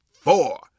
Four